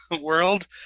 world